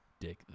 dick